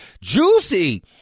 juicy